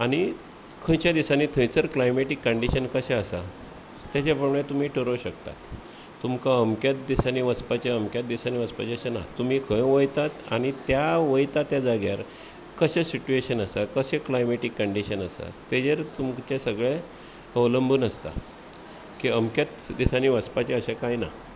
आनी खंयच्या दिसांनी थंयचर क्लायमेटीक कंडिशन कशें आसा तेज्या प्रमाणे तुमी ठरोव शकता तुमकां अमक्यात देशांनी वचपाचे अमक्यात दिसांनी वचपाचे अशें ना तुमी खंय वयतांत आनी त्या वयतां त्या जाग्यार कशे सिटवेशन आसात कशे क्लायमेटीक कंडिशन आसात तेजेर तुमचे सगळे अवलंबून आसता की अमक्यात दिसांनी वचपाचे अशें कांय ना